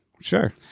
sure